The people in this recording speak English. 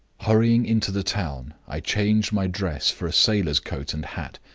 hurrying into the town, i changed my dress for a sailor's coat and hat,